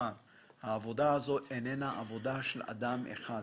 העבודה הזאת איננה עבודה של אדם אחד.